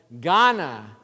Ghana